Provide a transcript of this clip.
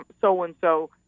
so-and-so